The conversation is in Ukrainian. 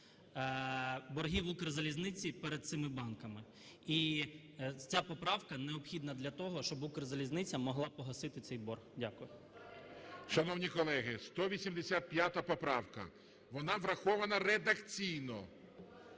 боргів Укрзалізниці перед цими банками. І ця поправка необхідна для того, щоб Укрзалізниця могла погасити цей борг. Дякую. ГОЛОВУЮЧИЙ. Шановні колеги, 185 поправка. Вона врахована редакційно.